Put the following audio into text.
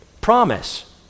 promise